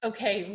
Okay